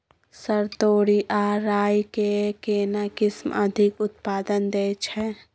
Sir तोरी आ राई के केना किस्म अधिक उत्पादन दैय छैय?